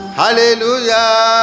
hallelujah